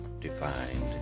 defined